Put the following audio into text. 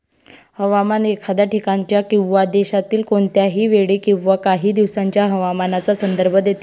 हवामान एखाद्या ठिकाणाच्या किंवा देशातील कोणत्याही वेळी किंवा काही दिवसांच्या हवामानाचा संदर्भ देते